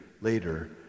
later